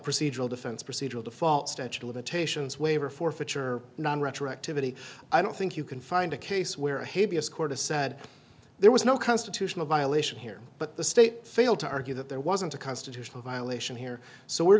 procedural defense procedural default statute of limitations waiver forfeiture nine retroactivity i don't think you can find a case where hevia scored a said there was no constitutional violation here but the state failed to argue that there wasn't a constitutional violation here so we're